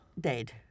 Dead